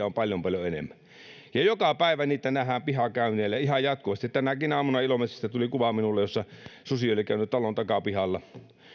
on paljon paljon enemmän joka päivä niitä nähdään pihakäynneillä ihan jatkuvasti tänäkin aamuna ilomantsista tuli kuva minulle jossa susi oli käynyt talon takapihalla